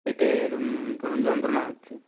পেটের ধরুন যন্ত্রণা হচ্ছে